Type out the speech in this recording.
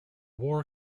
war